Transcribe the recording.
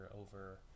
over